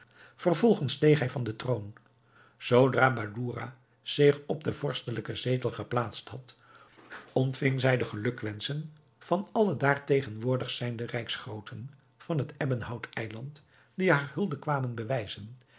vervolgens steeg hij van den troon zoodra badoura zich op den vorstelijken zetel geplaatst had ontving zij de gelukwenschen van alle daar tegenwoordig zijnde rijksgrooten van het ebbenhout eiland die haar hulde kwamen bewijzen